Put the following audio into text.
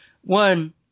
One